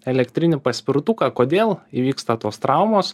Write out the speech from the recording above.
elektrinį paspirtuką kodėl įvyksta tos traumos